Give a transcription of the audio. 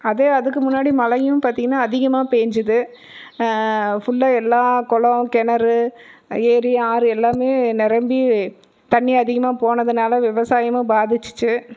அதே அதுக்கு முன்னாடி மழையும் பார்த்தீங்கன்னா அதிகமாக பெஞ்சுது ஃபுல்லாக எல்லா குளம் கிணறு ஏரி ஆறு எல்லாமே நிரம்பி தண்ணி அதிகமாக போனதனால் விவசாயமும் பாதிச்சிச்சு